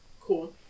Cool